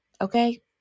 okay